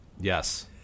Yes